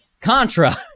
Contra